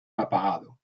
apagado